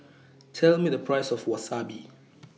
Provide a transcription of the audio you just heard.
Tell Me The Price of Wasabi